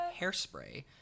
Hairspray